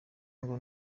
ngo